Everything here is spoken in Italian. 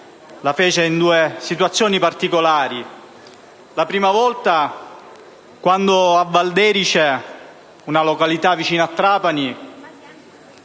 la fece in due situazioni particolari, la prima volta quando a Valderice, una località vicino Trapani,